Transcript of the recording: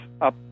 up